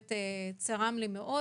משפט שצרם לי מאוד: